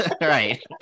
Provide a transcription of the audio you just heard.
right